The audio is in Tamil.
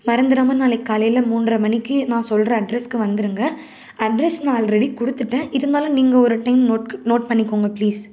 மறந்துடாமல் நாளைக்கு காலையில் மூன்றை மணிக்கு நான் சொல்கிற அட்ரஸ்க்கு வந்துடுங்க அட்ரஸ் நான் ஆல்ரெடி கொடுத்துட்டேன் இருந்தாலும் நீங்கள் ஒரு டைம் நோட்க் நோட் பண்ணிக்கோங்க ப்ளீஸ்